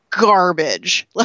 garbage